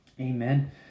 Amen